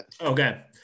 Okay